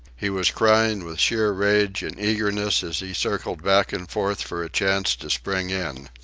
he was crying with sheer rage and eagerness as he circled back and forth for a chance to spring in.